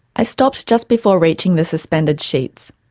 i stopped just before reaching the suspended sheets.